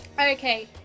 Okay